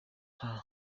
nta